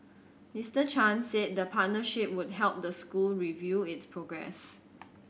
Mister Chan said the partnership would help the school review its progress